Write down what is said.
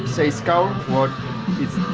say skal. what